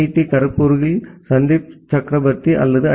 D கரக்பூருக்குள் சந்தீப் சக்ரவர்த்தி அல்லது ஐ